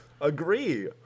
Agree